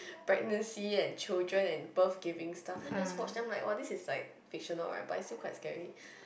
pregnancy and children and birth giving stuff then I just watch then I'm like !wah! this is fictional right but it's still quite scary